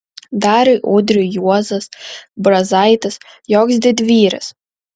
dariui udriui juozas brazaitis joks didvyris